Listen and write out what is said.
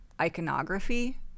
iconography